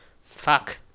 Fuck